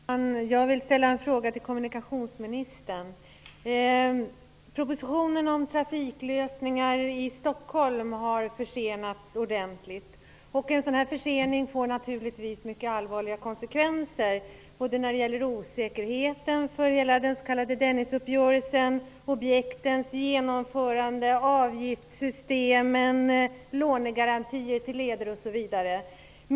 Fru talman! Jag vill ställa en fråga till kommunikationsministern. Propositionen om trafiklösningar i Stockholm har försenats ordentligt. En sådan försening får naturligtvis allvarliga konsekvenser i form av osäkerhet inför hela den s.k. Dennisuppgörelsen, objektens genomförande, avgiftssystemen, lånegarantier till leder, osv.